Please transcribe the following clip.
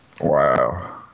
Wow